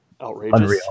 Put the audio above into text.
outrageous